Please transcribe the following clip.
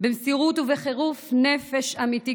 במסירות ובחירוף נפש אמיתי,